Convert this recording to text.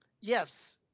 Yes